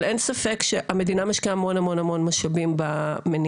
אבל אין ספק שהמדינה משקיעה המון המון משאבים בגמילה,